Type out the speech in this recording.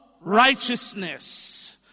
righteousness